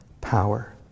power